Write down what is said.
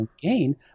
gain